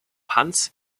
hans